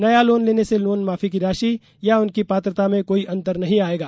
नया लोन लेने से लोन माफी की राशि या उनकी पात्रता में कोई अंतर नहीं आयेगा